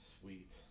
Sweet